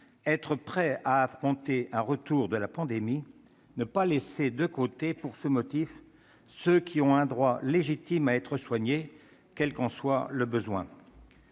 être prêt à affronter un retour de la pandémie et ne pas laisser de côté, pour ce motif, ceux qui ont un droit légitime à être soignés, quel que soit le besoin.